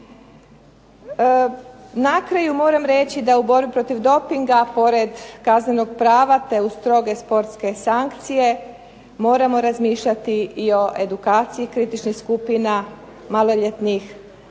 Na kraju moram reći da u borbi protiv dopinga pored Kaznenog prava te uz stroge sportske sankcije moramo razmišljati i o edukaciji kritičnih skupina, maloljetnih,